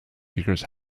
speakers